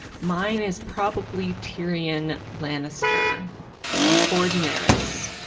mine is probably tyrion lannister or daenerys,